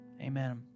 amen